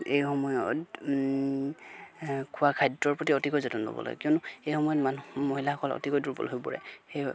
এই সময়ত খোৱা খাদ্যৰ প্ৰতি অতিকৈ যতন ল'ব লাগে কিয়নো এই সময়ত মানুহ মহিলাসকল অতিকৈ দুৰ্বল হৈ পৰে সেই